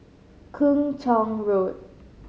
Kung Chong Road